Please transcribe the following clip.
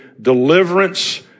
deliverance